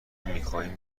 میخواهیم